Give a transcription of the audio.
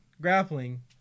grappling